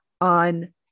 on